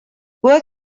work